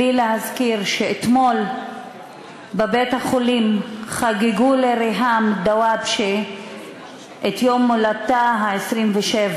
בלי להזכיר שאתמול חגגו בבית-החולים לריהאם דוואבשה את יום הולדתה ה-27.